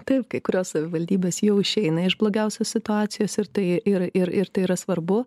taip kai kurios savivaldybės jau išeina iš blogiausios situacijos ir tai ir ir ir tai yra svarbu